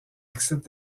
accepte